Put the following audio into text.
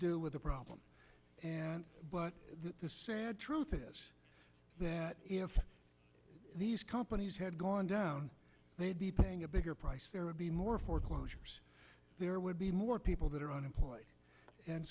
do with the problem but the sad truth is that if these companies had gone down they'd be paying a bigger price there would be more foreclosures there would be more people that are unemployed and